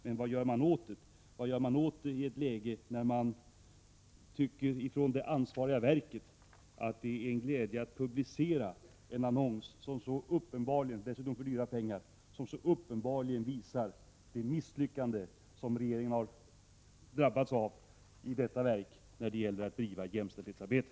Men vad gör man åt det, i ett läge när man från det ansvariga verket anser att det är en glädje att — dessutom för dyra pengar — publicera en annons som så uppenbart visar på det misslyckande som regeringen drabbats av i detta verk när det gäller att bedriva jämställdhetsarbete?